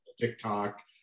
TikTok